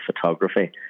photography